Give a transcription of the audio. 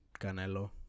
Canelo